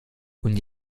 und